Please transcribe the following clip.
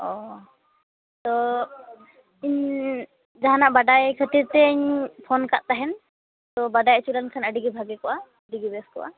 ᱚᱸᱻ ᱛᱚ ᱤᱧ ᱡᱟᱦᱟᱱᱟᱜ ᱵᱟᱰᱟᱭ ᱠᱷᱟᱹᱛᱤᱨ ᱛᱤᱧ ᱯᱷᱳᱱ ᱟᱠᱟᱫ ᱛᱟᱦᱮᱱ ᱛᱚ ᱵᱟᱰᱟᱭ ᱚᱪᱚ ᱞᱮᱱᱠᱷᱟᱱ ᱫᱚ ᱟᱹᱰᱤ ᱜᱮ ᱵᱷᱟᱜᱮ ᱠᱚᱜᱼᱟ ᱡᱩᱫᱤ ᱵᱮᱥ ᱠᱚᱜᱼᱟ